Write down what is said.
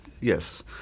Yes